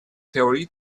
theorie